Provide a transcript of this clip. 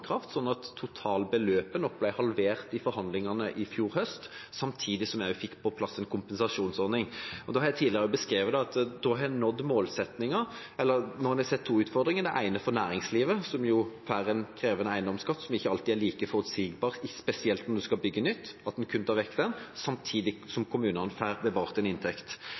sånn at totalbeløpet nok ble halvert i forhandlingene i fjor høst, samtidig som vi fikk på plass en kompensasjonsordning. Jeg har tidligere beskrevet at da har en nådd målsettingen – når en har sett to utfordringer. Den ene er for næringslivet, som jo får en krevende eiendomsskatt, som ikke alltid er like forutsigbar, spesielt når en skal bygge nytt. En kunne ta vekk den – samtidig som kommunene får bevart en inntekt.